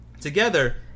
Together